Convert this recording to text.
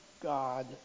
God